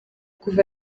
kuva